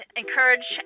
encourage